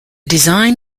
design